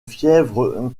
fièvre